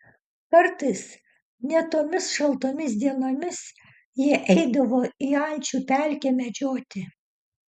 kartais net tomis šaltomis dienomis jie eidavo į ančių pelkę medžioti